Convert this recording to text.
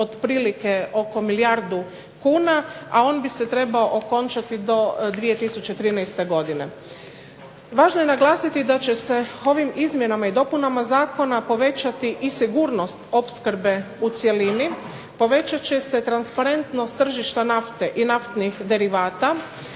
otprilike milijardu kuna, a on bi se trebao okončati do 2013. godine. Važno je naglasiti da će se ovim izmjenama i dopunama zakona povećati i sigurnost opskrbe u cjelini, povećat će se transparentnost tržišta nafte i naftnih derivata,